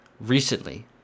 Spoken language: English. recently